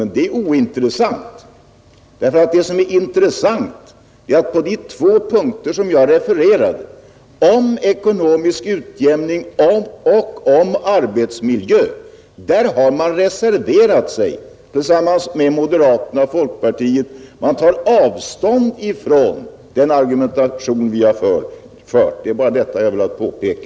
Men den är ointressant i sammanhanget Det intressanta är bara de två punkter som jag refererade om ekonomisk utjämning och om arbetsmiljö. Där har centern reserverat sig tillsammans med moderaterna och folkpartiet. Man tar avstånd från den argumentation vi har fört. Det är bara detta jag har velat påpeka.